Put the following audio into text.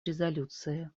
резолюции